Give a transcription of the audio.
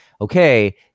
okay